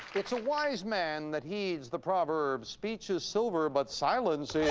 it's a wise man that heeds the proverbs speech is sober but silence is.